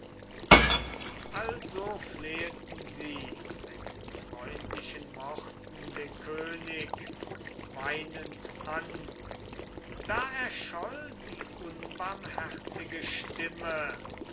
also fleheten sie mit freundlichen worten den könig weinend an da erscholl die unbarmherzige stimme